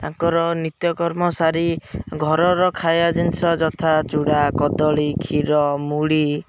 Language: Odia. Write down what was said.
ତାଙ୍କର ନିତ୍ୟକର୍ମ ସାରି ଘରର ଖାଇବା ଜିନିଷ ଯଥା ଚୁଡ଼ା କଦଳୀ କ୍ଷୀର ମୁଢ଼ି